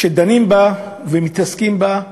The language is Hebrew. שכשדנים בה ומתעסקים בה,